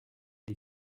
les